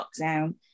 lockdown